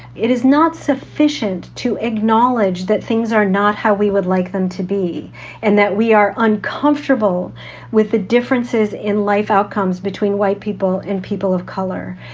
it is not sufficient to acknowledge that things are not how we would like them to be and that we are uncomfortable with the differences in life outcomes between white people and people of color.